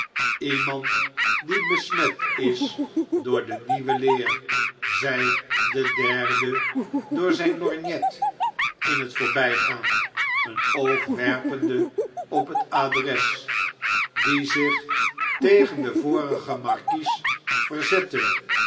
jemand die besmet is door de nieuwe leer zei de derde door zyn lorgnet in het voorbjjgaan een oog werpende op het adres die zich tegen den vorigen markies verzette